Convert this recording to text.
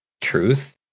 Truth